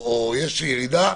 שיש ירידה,